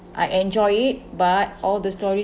I enjoy it but all the stories